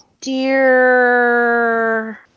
Dear